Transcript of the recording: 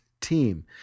team